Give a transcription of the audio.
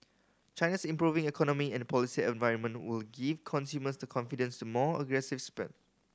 China's improving economy and policy environment will give consumers the confidence to more aggressive spend